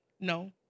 No